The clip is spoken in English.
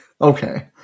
Okay